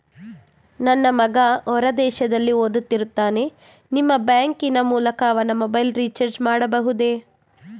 ನನ್ನ ಮಗ ಹೊರ ದೇಶದಲ್ಲಿ ಓದುತ್ತಿರುತ್ತಾನೆ ನಿಮ್ಮ ಬ್ಯಾಂಕಿನ ಮೂಲಕ ಅವನ ಮೊಬೈಲ್ ರಿಚಾರ್ಜ್ ಮಾಡಬಹುದೇ?